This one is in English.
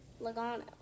Logano